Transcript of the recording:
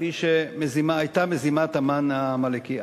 כפי שהיתה מזימת המן העמלקי.